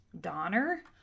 Donner